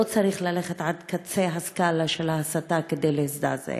לא צריך ללכת עד קצה הסקאלה של ההסתה כדי להזדעזע.